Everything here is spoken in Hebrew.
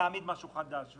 להעמיד משהו חדש.